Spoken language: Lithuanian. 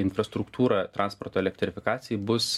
infrastruktūra transporto elektrifikacijai bus